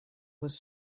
was